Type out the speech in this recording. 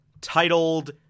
titled